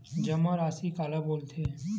जमा राशि काला बोलथे?